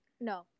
No